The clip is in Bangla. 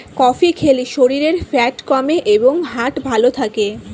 কফি খেলে শরীরের ফ্যাট কমে এবং হার্ট ভালো থাকে